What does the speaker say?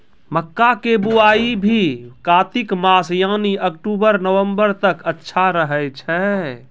मक्का के बुआई भी कातिक मास यानी अक्टूबर नवंबर तक अच्छा रहय छै